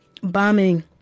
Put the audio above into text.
bombing